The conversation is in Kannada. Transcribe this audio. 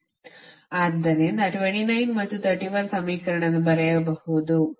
ಆದ್ದರಿಂದ 29 ಮತ್ತು 31 ಸಮೀಕರಣದಿಂದ ಬರೆಯಬಹುದು ಸರಿನಾ